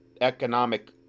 economic